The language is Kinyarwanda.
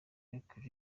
lick